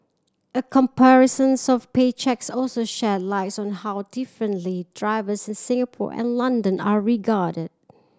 a comparisons of pay cheques also sheds light on how differently drivers in Singapore and London are regarded